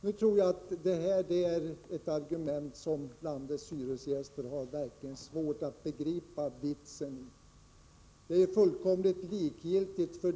Jag tror att det här är ett argument som landets hyresgäster verkligen har svårt att begripa vitsen med. Det är fullkomligt likgiltigt för